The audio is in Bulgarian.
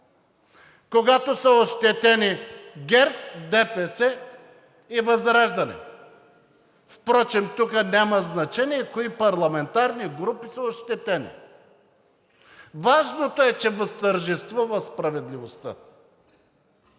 когато са ощетени ГЕРБ, ДПС и ВЪЗРАЖДАНЕ. Впрочем тук няма значение кои парламентарни групи са ощетени – важното е, че възтържествува справедливостта.